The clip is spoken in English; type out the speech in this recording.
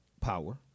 power